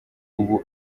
ubu